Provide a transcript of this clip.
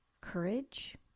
courage